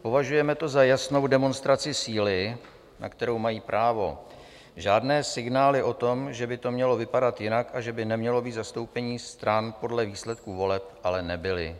Považujeme to za jasnou demonstraci síly, na kterou mají právo, žádné signály o tom, že by to mělo vypadat jinak a že by nemělo být zastoupení stran podle výsledků voleb, ale nebyly.